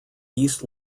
east